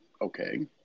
okay